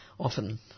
Often